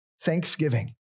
thanksgiving